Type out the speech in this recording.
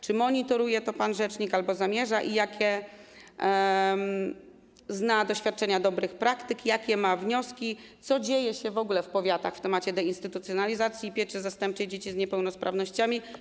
Czy monitoruje to pan rzecznik albo zamierza monitorować, jakie zna doświadczenia dobrych praktyk, jakie ma wnioski, co dzieje się w ogóle w powiatach w temacie deinstytucjonalizacji pieczy zastępczej dla dzieci z niepełnosprawnościami?